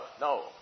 No